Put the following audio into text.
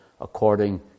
according